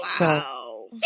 Wow